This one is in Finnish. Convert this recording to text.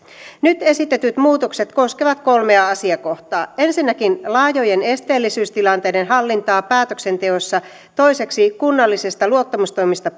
nyt esitetyt muutokset koskevat kolmea asiakohtaa ensinnäkin laajojen esteellisyystilanteiden hallintaa päätöksenteossa toiseksi kunnallisista luottamustoimista